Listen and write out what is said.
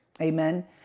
Amen